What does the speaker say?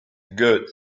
good